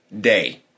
day